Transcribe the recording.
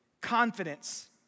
confidence